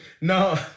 No